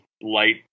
light